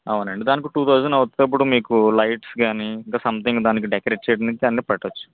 అవునండి దానికి two thousand అవుతుంది అప్పుడు మీకు లైట్స్ కాని అంటే ఇంకా సంథింగ్ దానికి డెకరేట్ చేయడానికి పెట్టవచ్చు